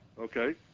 Okay